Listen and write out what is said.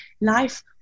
life